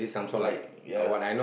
why ya